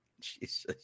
Jesus